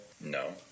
No